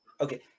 Okay